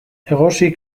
egosi